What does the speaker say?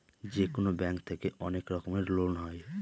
যেকোনো ব্যাঙ্ক থেকে অনেক রকমের লোন হয়